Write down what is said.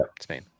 Spain